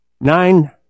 nine